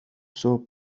صبح